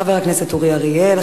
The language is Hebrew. חבר הכנסת אורי אריאל,